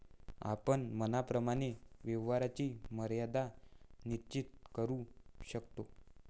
आपण मनाप्रमाणे व्यवहाराची मर्यादा निश्चित करू शकतो